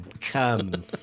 Come